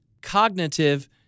cognitive